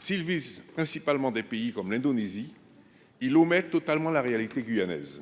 S’il vise principalement des pays comme l’Indonésie, il omet totalement la réalité guyanaise.